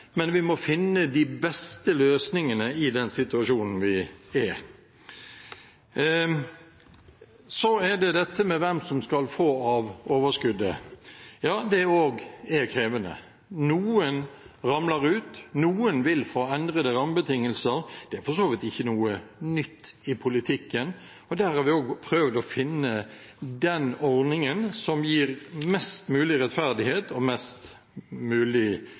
men vi må finne de beste løsningene i den situasjonen vi er i. Så er det dette med hvem som skal få av overskuddet. Ja, det òg er krevende. Noen ramler ut. Noen vil få endrede rammebetingelser. Det er for så vidt ikke noe nytt i politikken. Og der har vi òg prøvd å finne den ordningen som gir mest mulig rettferdighet og mest mulig